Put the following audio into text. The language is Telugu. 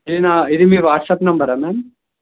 నేను ఇది మీ వాట్సప్ నెంబరా మ్యామ్